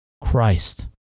Christ